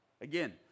Again